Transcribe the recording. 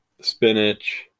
Spinach